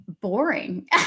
boring